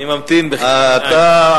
אני ממתין בכיליון עיניים.